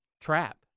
trap